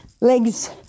legs